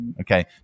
Okay